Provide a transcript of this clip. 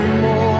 more